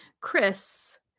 Chris